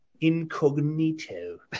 incognito